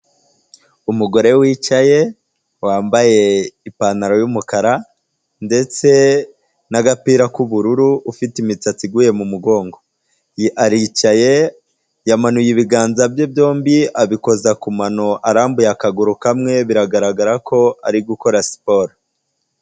Umugore wicaye, wambaye ipantaro y'umukara ndetse n'agapira k'ubururu, ufite imitsatsi iguye mu mugongo. Aricaye, yamanuye ibiganza bye byombi abikoza ku mano, arambuye akaguru kamwe, biragaragara ko ari gukora siporo.